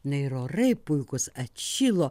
na ir orai puikūs atšilo